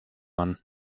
mann